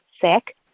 sick